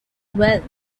wealth